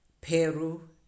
Peru